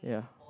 ya